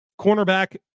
Cornerback